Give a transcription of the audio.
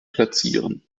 platzieren